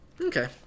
Okay